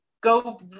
go